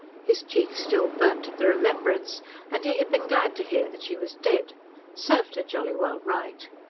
his cheeks still burnt at the remembrance and he had been glad to hear that she was dead served her jolly well right!